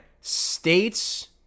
states